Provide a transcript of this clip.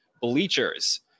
Bleachers